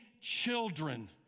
children